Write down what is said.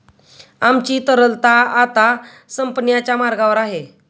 आमची तरलता आता संपण्याच्या मार्गावर आहे